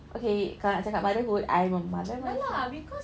okay kalau nak cakap motherhood I'm a mother myself